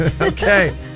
Okay